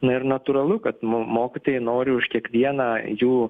na ir natūralu kad mo mokytojai nori už kiekvieną jų